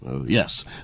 yes